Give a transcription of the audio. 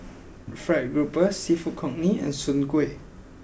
Fried Grouper Seafood Congee and Soon Kway